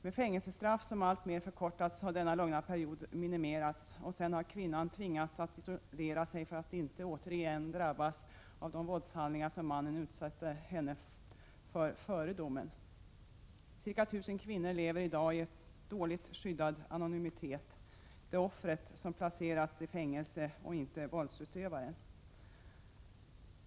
Med fängelsestraff som alltmer förkortats har denna lugna period minimerats, och sedan har kvinnan tvingats att isolera sig för att inte återigen drabbas av de våldshandlingar som mannen utsatte henne för före domen. Ca 1 000 kvinnor lever i dag i en dåligt skyddad anonymitet; det är offret som placerats i fängelse och inte våldsutövaren.